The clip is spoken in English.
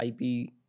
IP